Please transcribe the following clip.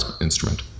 instrument